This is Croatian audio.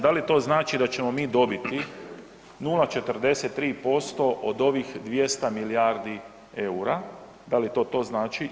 Da li to znači da ćemo mi dobiti 0,43% od ovih 200 milijardi eura, da li to to znači?